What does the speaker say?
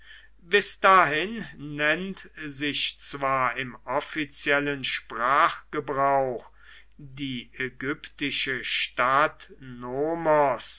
bis dahin nennt sich zwar im offiziellen sprachgebrauch die ägyptische stadt